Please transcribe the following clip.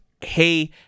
hey